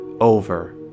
over